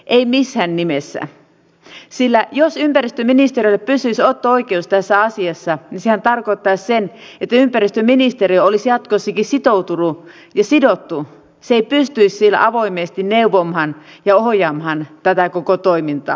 ei missään nimessä sillä jos ympäristöministeriöllä pysyisi otto oikeus tässä asiassa sehän tarkoittaisi että ympäristöministeriö olisi jatkossakin sitoutunut ja sidottu se ei pystyisi avoimesti neuvomaan ja ohjaamaan tätä koko toimintaa